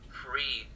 free